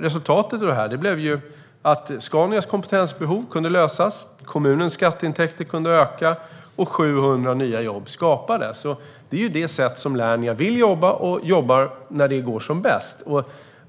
Resultatet av det här blev att Scanias kompetensbehov kunde lösas, kommunens skatteintäkter kunde öka och 700 nya jobb skapades. Det är det sätt som Lernia vill jobba på och jobbar på när det går som bäst.